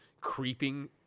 creeping